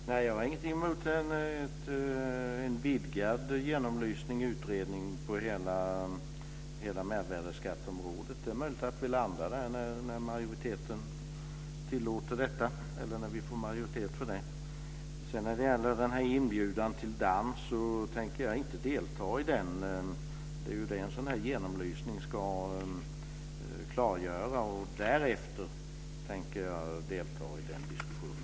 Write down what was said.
Fru talman! Jag har ingenting emot en vidgad genomlysning och utredning på hela mervärdesskatteområdet. Det är möjligt att vi landar där när vi får majoritet för det. När det gäller den här inbjudan till dans vill jag säga att jag inte tänker delta i den. Det är ju detta som en sådan här genomlysning ska klargöra. Efter den tänker jag delta i den diskussionen.